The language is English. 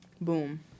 boom